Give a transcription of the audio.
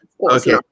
Okay